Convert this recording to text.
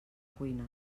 cuina